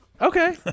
okay